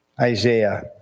Isaiah